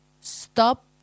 stop